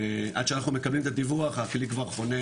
ועד שאנחנו מקבלים את הדיווח הכלי כבר חונה